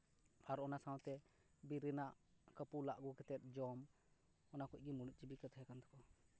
ᱟᱨ ᱚᱱᱟ ᱥᱟᱶᱛᱮ ᱵᱤᱨ ᱨᱮᱱᱟᱜ ᱠᱟᱹᱯᱩ ᱞᱟ ᱟᱹᱜᱩ ᱠᱟᱛᱮᱫ ᱡᱚᱢ ᱚᱱᱟ ᱠᱚᱜᱮ ᱢᱩᱬᱩᱫ ᱡᱤᱵᱤᱠᱟ ᱛᱟᱦᱮᱸ ᱠᱟᱱ ᱛᱟᱠᱚᱣᱟ